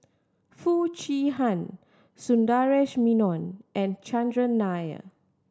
Foo Chee Han Sundaresh Menon and Chandran Nair